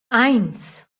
eins